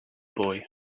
boy